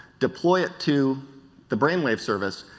deploy it to the brain wave service,